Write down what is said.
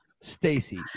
Stacy